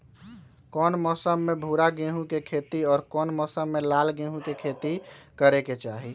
कौन मौसम में भूरा गेहूं के खेती और कौन मौसम मे लाल गेंहू के खेती करे के चाहि?